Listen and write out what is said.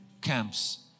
camps